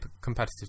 competitive